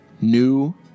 new